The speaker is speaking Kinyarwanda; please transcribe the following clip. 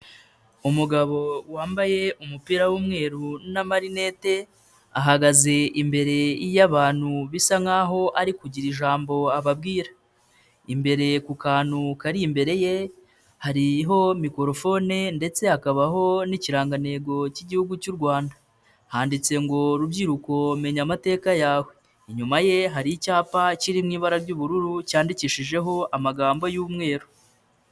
Umugabo wambaye umupira w'umweru n'amarinete, ahagaze imbere y'abantu bisa nk'aho ari kugira ijambo ababwira, imbere ku kantu kari imbere ye, hariho mikorofone ndetse hakabaho n'ikirangantego cy'Igihugu cy'u Rwanda, handitse ngo rubyiruko menya amateka yawe, inyuma ye hari icyapa kiri mu ibara ry'ubururu, cyandikishijeho amagambo y'umweru.